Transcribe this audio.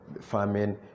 farming